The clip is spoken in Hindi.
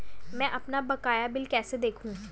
मैं अपना बकाया बिल कैसे देखूं?